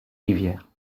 rivières